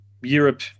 Europe